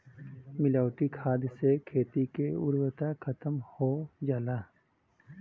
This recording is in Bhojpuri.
मिलावटी खाद से खेती के उर्वरता खतम हो जाला